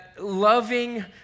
loving